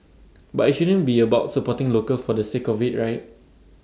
but IT shouldn't be about supporting local for the sake of IT right